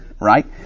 right